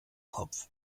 kopf